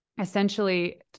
essentially